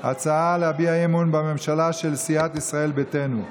הצעה להביע אי-אמון בממשלה של סיעת ישראל ביתנו.